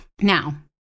Now